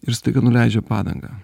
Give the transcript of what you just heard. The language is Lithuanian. ir staiga nuleidžia padangą